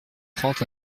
trente